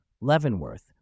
Leavenworth